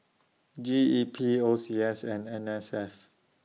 G E P O C S and N S F